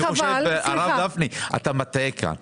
הרב גפני, אתה מטעה כאן.